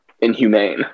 inhumane